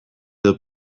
edo